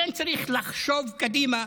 לכן צריך לחשוב קדימה,